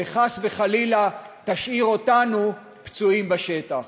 וחס וחלילה תשאיר אותנו פצועים בשטח.